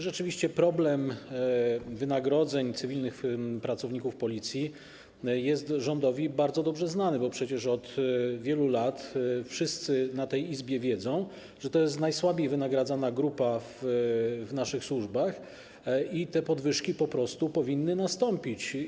Rzeczywiście problem wynagrodzeń cywilnych pracowników Policji jest rządowi bardzo dobrze znany, bo przecież od wielu lat wszyscy w tej Izbie wiedzą, że to jest najsłabiej wynagradzana grupa w naszych służbach i te podwyżki powinny nastąpić.